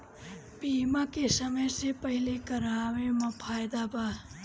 बीमा के समय से पहिले करावे मे फायदा बा